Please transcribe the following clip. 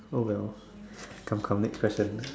oh wells come come next question